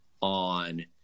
on